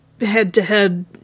head-to-head